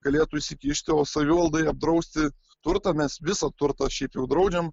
galėtų įsikišti o savivaldai apdrausti turtą mes visą turtą šiaip jau draudžiam